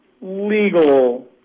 legal